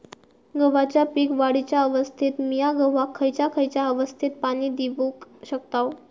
गव्हाच्या पीक वाढीच्या अवस्थेत मिया गव्हाक खैयचा खैयचा अवस्थेत पाणी देउक शकताव?